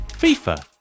FIFA